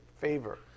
Favor